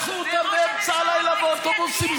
לקחו אותם באמצע הלילה באוטובוסים,